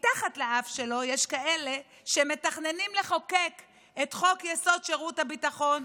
מתחת לאף שלו יש כאלה שמתכננים לחוקק את חוק-יסוד: שירות הביטחון,